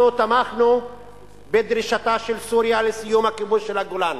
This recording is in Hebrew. אנחנו תמכנו בדרישתה של סוריה לסיום הכיבוש של הגולן,